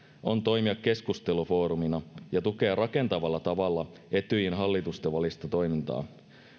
on toimia keskustelufoorumina ja tukea rakentavalla tavalla etyjin hallitustenvälistä toimintaa